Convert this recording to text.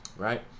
Right